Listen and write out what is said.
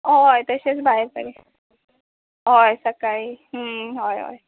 हय तशेंच भायर सारकें हय सकाळीं हय हय